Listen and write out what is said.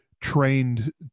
trained